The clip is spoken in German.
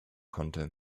konnte